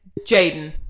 Jaden